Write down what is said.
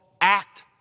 act